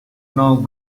now